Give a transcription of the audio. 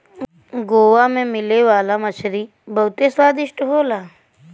गोवा में मिले वाला मछरी बहुते स्वादिष्ट होला